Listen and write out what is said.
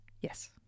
Yes